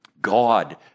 God